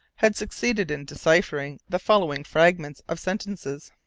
had succeeded in deciphering the following fragments of sentences